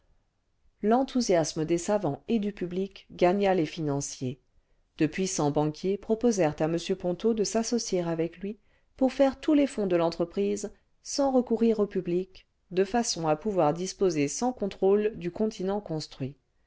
l'enthousiasme des savants et du public gagna les financiers de puissants banquiers proposèrent à m ponto de s'associer avec lui pour faire tous les fonds de l'entreprise sans recourir au public de façon à pouvoir dispiosër sans contrôle du continent